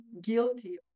Guilty